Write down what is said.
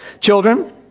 Children